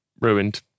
Ruined